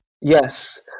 Yes